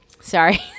sorry